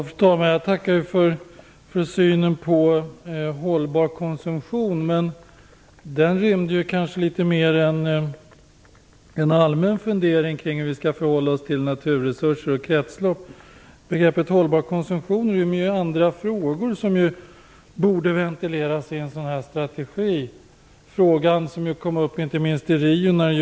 Fru talman! Jag tackar för synen på hållbar konsumtion. Frågan rymde en litet mer allmän fundering till hur vi skall förhålla oss till naturresurser och kretslopp. Begreppet hållbar konsumtion rymmer andra frågor som borde ventileras i en strategi. Det är t.ex. frågor som kom upp inte minst i Rio.